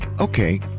Okay